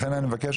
לכן אני מבקש,